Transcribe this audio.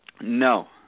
No